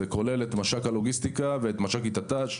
זה כולל את מש"ק הלוגיסטיקה ואת מש"קית הת"ש.